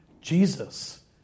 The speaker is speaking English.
Jesus